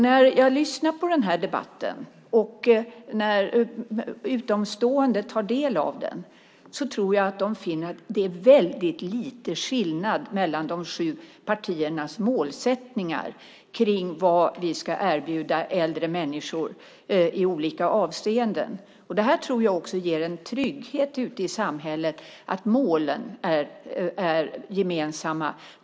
När utomstående tar del av den här debatten tror jag att de finner att det är väldigt lite skillnad mellan de sju partiernas målsättningar när det gäller vad vi ska erbjuda äldre människor i olika avseenden. Jag tror att det ger en trygghet ute i samhället att målen är gemensamma.